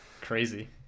crazy